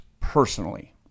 personally